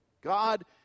God